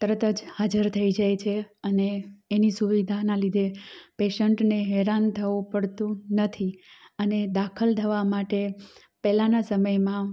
તરત જ હાજર થઈ જાય છે અને એની સુવિધાનાં લીધે પેશન્ટને હેરાન થવું પડતું નથી અને દાખલ થવા માટે પહેલાંના સમયમાં